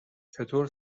چطور